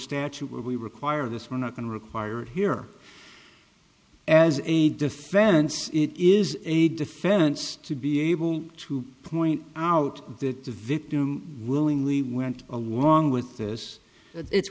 statute where we require this we're not going to require here as a defense it is a defense to be able to point out that the victim willingly went along with this it's